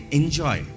enjoy